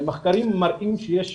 מחקרים מראים שיש